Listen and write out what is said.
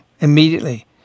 immediately